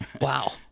Wow